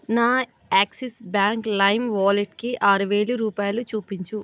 నా Axis bank లైమ్ వాలెట్కి ఆరువేలు రూపాయలు చూపించు